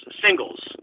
singles